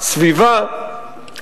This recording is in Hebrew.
סביבה.